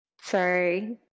Sorry